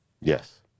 Yes